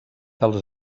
dels